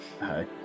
Hi